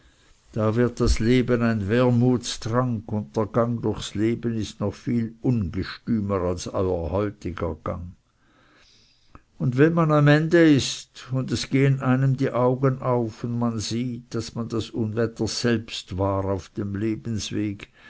da wird das leben ein wermutstrank und der gang durchs leben ist noch viel ungestümer als euer heutige gang und wenn man am ende ist und es gehen einem die augen auf und man sieht daß man das unwetter selbst war auf dem lebensweg